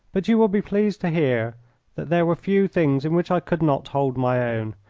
but you will be pleased to hear that there were few things in which i could not hold my own,